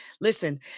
Listen